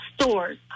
stores